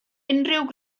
unrhyw